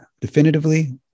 definitively